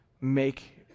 make